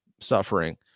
suffering